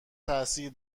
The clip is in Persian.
تاثیر